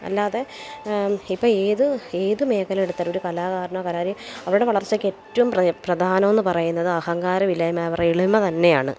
അല്ലാതെ ഇപ്പോൾ ഏത് ഏത് മേഖല എടുത്താൽ ഒരു കലാകാരനോ കലാകാരിയോ അവരുടെ വളർച്ചയ്ക്ക് ഏറ്റവും പ്രധാനമെന്ന് പറയുന്നത് അഹങ്കാരം ഇല്ലായ്മയും അവരുടെ എളിമ തന്നെയാണ്